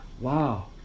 wow